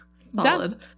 Solid